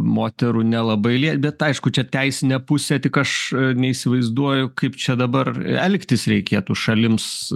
moterų nelabai bet aišku čia teisinė pusė tik aš neįsivaizduoju kaip čia dabar elgtis reikėtų šalims